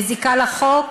מזיקה לחוק,